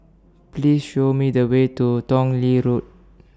Please Show Me The Way to Tong Lee Road